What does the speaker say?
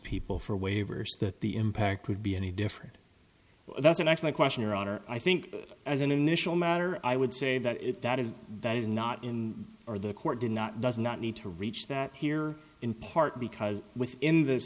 people for waivers that the impact would be any different that's an actually question your honor i think as an initial matter i would say that that is that is not in or the court did not does not need to reach that here in part because within th